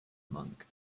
monk